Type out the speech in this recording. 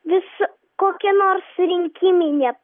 vis kokia nors rinkiminė